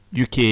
UK